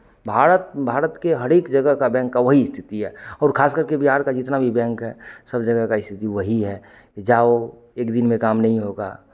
भारत भारत के हर एक जगह का बैंक का वही स्थिति है और खासकर के बिहार का जितना भी बैंक है सब जगह का स्थिति वही है कि जाओ एक दिन में काम नहीं होगा